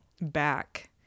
back